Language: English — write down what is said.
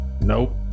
nope